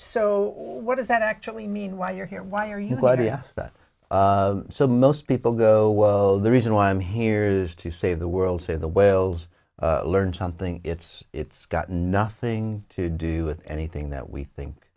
so what does that actually mean why you're here why are you idea that so most people go well the reason why i'm here is to save the world save the whales learn something it's it's got nothing to do with anything that we think